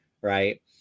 right